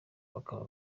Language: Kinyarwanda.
bakaba